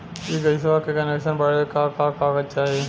इ गइसवा के कनेक्सन बड़े का का कागज चाही?